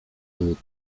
wód